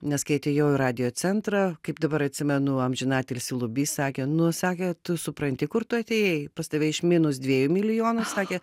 nes kai atėjau į radiocentrą kaip dabar atsimenu amžiną atilsį lubys sakė nu sakė tu supranti kur tu atėjai pas tave iš minus dviejų milijonų sakė